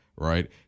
right